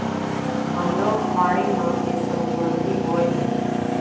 हमरो बाड़ी म एसो गोंदली बोए हन